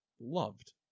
loved